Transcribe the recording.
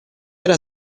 era